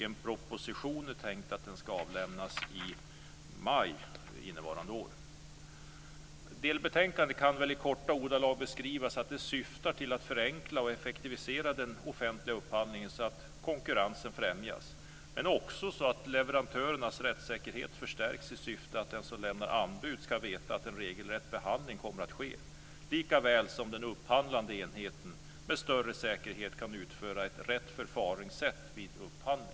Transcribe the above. En proposition är tänkt att avlämnas i maj innevarande år. Delbetänkandet kan i korta ordalag beskrivas som att det syftar till att förenkla och effektivisera den offentliga upphandlingen så att konkurrensen främjas, men också som att leverantörernas rättssäkerhet förstärks i syfte att den som lämnar anbud ska veta att en regelrätt behandling kommer att ske, likaväl som den upphandlande enheten med större säkerhet kan utföra ett rätt förfaringssätt vid upphandling.